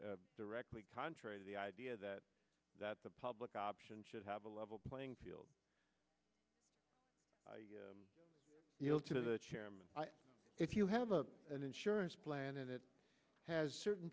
it directly contrary to the idea that that the public option should have a level playing field yield to the chairman if you have an insurance plan and it has certain